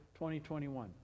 2021